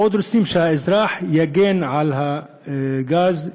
עוד רוצים שהאזרח יגן על הגז,